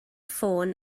ffôn